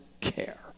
care